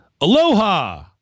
Aloha